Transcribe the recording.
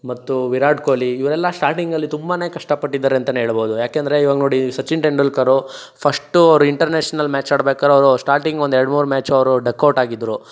ಮತ್ತು ವಿರಾಟ್ ಕೊಹ್ಲಿ ಇವರೆಲ್ಲ ಸ್ಟಾರ್ಟಿಂಗಲ್ಲಿ ತುಂಬನೇ ಕಷ್ಟಪಟ್ಟಿದ್ದಾರೆ ಅಂತಲೇ ಹೇಳ್ಬೋದು ಏಕೆಂದ್ರೆ ಇವಾಗ ನೋಡಿ ಸಚಿನ್ ತೆಂಡುಲ್ಕರ್ ಫಶ್ಟು ಅವ್ರು ಇಂಟರ್ನ್ಯಾಷನಲ್ ಮ್ಯಾಚ್ ಆಡಬೇಕಾದ್ರೆ ಅವರು ಶ್ಟಾರ್ಟಿಂಗ್ ಒಂದೆರ್ಡು ಮೂರು ಮ್ಯಾಚ್ ಅವರು ಡಕ್ ಔಟ್ ಆಗಿದ್ದರು